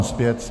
Zpět.